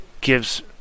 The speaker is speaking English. gives